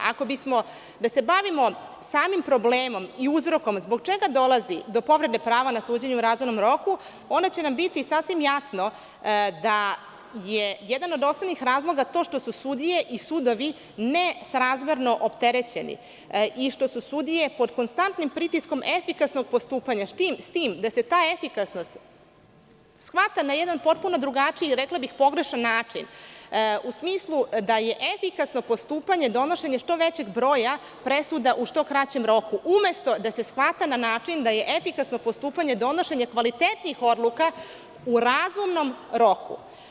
Ako bismo se bavili samim problemom i uzrokom zbog čega dolazi do povrede prava na suđenje u razumnom roku onda će nam biti sasvim jasno da je jedan od osnovnih razloga to što su sudije i sudovi nesrazmerno opterećeni i što su sudije pod konstantnim pritiskom efikasnog postupanja, s tim da se ta efikasnost shvata na jedan potpuno drugačiji, rekla bih pogrešan način u smislu da je efikasno postupanje donošenje što većeg broja presuda u što kraćem roku, umesto da se shvata na način da je efikasno postupanje donošenje kvalitetnijih odluka u razumnom roku.